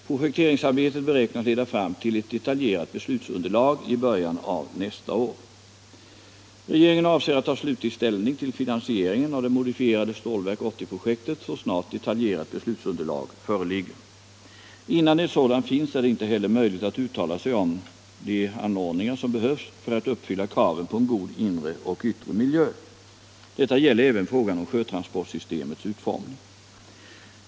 Projekteringsarbetet beräknas leda fram till ett detaljerat beslutsunderlag i början av nästa år. Regeringen avser att ta slutlig ställning till finansieringen av det modifierade Stålverk 80-projektet så snart detaljerat beslutsunderlag föreligger. Innan ett sådant finns är det inte heller möjligt att uttala sig om de anordningar som behövs för att uppfylla kraven på en god inre och yttre miljö. Detta gäller även frågan om sjötransportsystemets utformning.